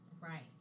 right